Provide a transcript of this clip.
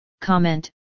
comment